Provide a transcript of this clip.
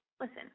Listen